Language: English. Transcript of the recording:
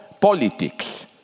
politics